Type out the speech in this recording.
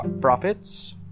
Profits